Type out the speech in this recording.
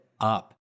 up